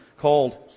called